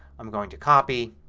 i'm going to copy.